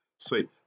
Sweet